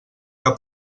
que